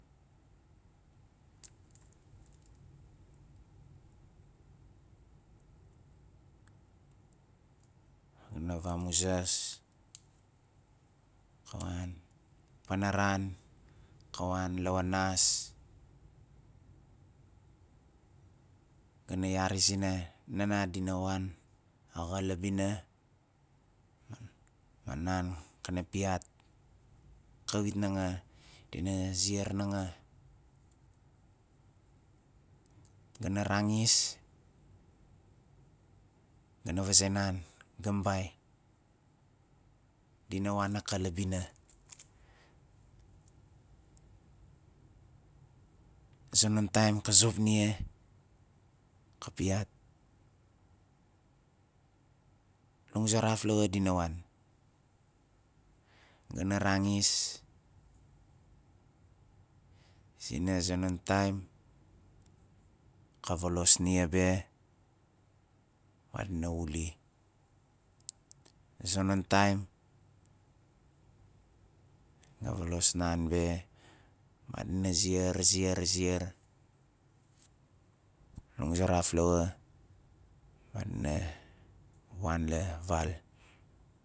Ga na vamuzas kawan panaran ka wan lawanas ga na yari zina "nana dina wan xa la bina" ma nan kana piat kawit nanga dina ziar nanga ga na rangis ga na vaze nan gambai dina wan naka la bina a zonon taim ka zop nia ka piat languzaraf loxo dina wan" ga na rangis sina a zonon taim ka volos nia be ma dina wuli a zonon taim ga na volos nan be ma dira ziar, ziar ziar languazaraf lawa ma dina wan la val